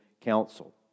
Council